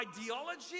ideology